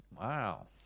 Wow